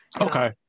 Okay